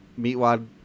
Meatwad